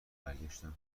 برگشتن